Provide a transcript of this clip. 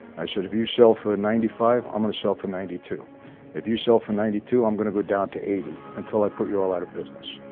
i said if you sell for ninety five i'm gonna sell for ninety two if you sell from ninety two i'm gonna go down to eighty until i put you all out of business,